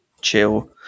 chill